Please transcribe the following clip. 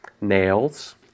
nails